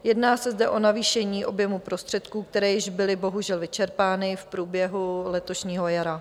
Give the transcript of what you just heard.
Jedná se zde o navýšení objemu prostředků, které byly již bohužel vyčerpány v průběhu letošního jara.